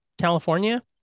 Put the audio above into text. California